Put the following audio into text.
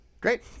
great